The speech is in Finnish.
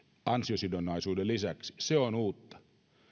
ansiosidonnaisuuden lisäksi ja se on uutta